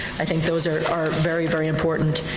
i think those are are very, very important.